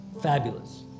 Fabulous